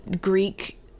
Greek